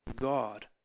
God